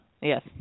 Yes